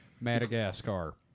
Madagascar